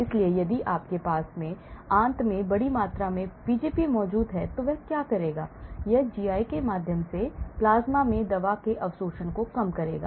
इसलिए यदि आपके पास आंत में बड़ी मात्रा में Pgp मौजूद है तो यह क्या करेगा यह GI के माध्यम से प्लाज्मा में दवा के अवशोषण को कम करेगा